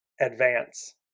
Advance